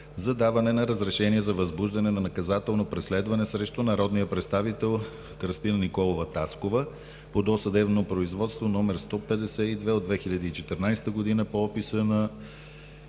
за даване на разрешение за възбуждане на наказателно преследване срещу народния представител Кръстина Николова Таскова по досъдебно производство № 152 от 2014 г. по описа на